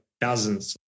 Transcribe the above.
dozens